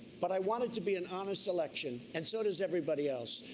but i want it to be an honest election and so does everybody else.